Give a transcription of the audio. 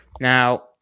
now